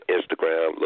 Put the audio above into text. Instagram